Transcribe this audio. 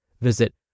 Visit